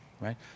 right